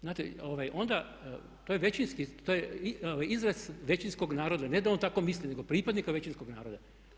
Znate, onda to je većinski, izraz većinskog naroda, ne da on tako misli nego pripadnika većinskoga naroda.